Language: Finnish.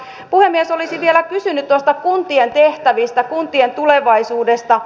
mutta puhemies olisin vielä kysynyt kuntien tehtävistä kuntien tulevaisuudesta